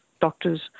doctors